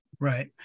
right